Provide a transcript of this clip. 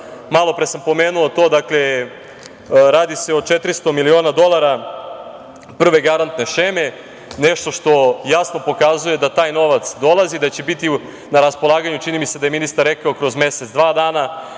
Malopre sam pomenuo to, dakle, radi se o 400 miliona dolara prve garantne šeme, nešto što jasno pokazuje da taj novac dolazi, da će biti na raspolaganju, čini mi se da je ministar rekao kroz mesec-dva dana,